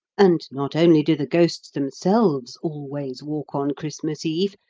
and not only do the ghosts themselves always walk on christmas eve,